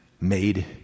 made